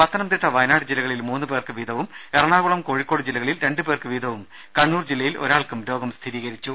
പത്തനംതിട്ട വയനാട് ജില്ലകളിൽ മൂന്ന് പേർക്ക് വീതവും എറണാകുളം കോഴിക്കോട് ജില്ലകളിൽ രണ്ട് പേർക്ക് വീതവും കണ്ണൂർ ജില്ലയിൽ ഒരാൾക്കും രോഗം സ്ഥിരീകരിച്ചു